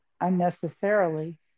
unnecessarily